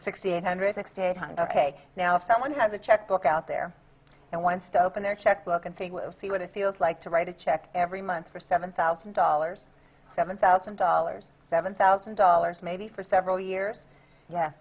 sixty eight hundred sixty eight hundred ok now if someone has a checkbook out there and wants to open their checkbook and see what it feels like to write a check every month for seven thousand dollars seven thousand dollars seven thousand dollars maybe for several years ye